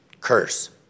curse